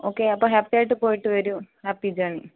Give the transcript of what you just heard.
okay അപ്പോൾ happy ആയിട്ട് പോയിട്ട് വരൂ ഹാപ്പി ജേർണി